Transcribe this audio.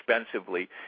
expensively